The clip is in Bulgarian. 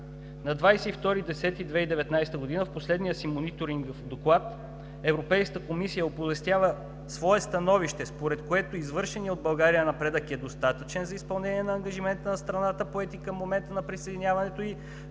октомври 2019 г. в последния си мониторингов доклад Европейската комисия оповестява свое становище, според което извършеният от България напредък е достатъчен за изпълнение на ангажимента на страната, поет към момента на присъединяването